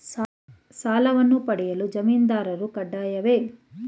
ಸಾಲವನ್ನು ಪಡೆಯಲು ಜಾಮೀನುದಾರರು ಕಡ್ಡಾಯವೇ?